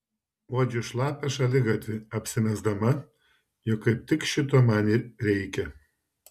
uodžiu šlapią šaligatvį apsimesdama jog kaip tik šito man ir reikia